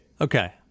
Okay